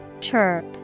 Chirp